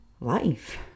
life